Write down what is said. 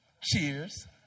Cheers